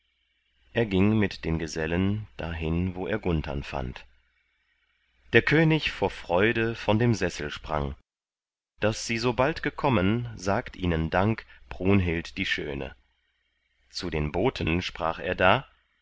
er ging mit den gesellen dahin wo er gunthern fand der könig vor freude von dem sessel sprang daß sie so bald gekommen sagt ihnen dank brunhild die schöne zu den boten sprach er da